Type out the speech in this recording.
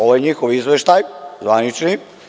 Ovo je njihov izveštaj, zvanični.